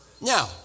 Now